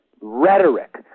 rhetoric